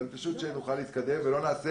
פשוט כדי שנוכל להתקדם ולא נעשה